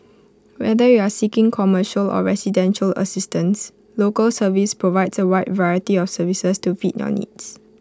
whether you are seeking commercial or residential assistance Local Service provides A wide variety of services to fit your needs